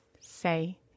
Say